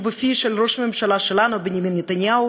מפיו של ראש הממשלה שלנו בנימין נתניהו,